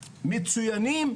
מצויינים,